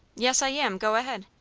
yes, i am. go ahead.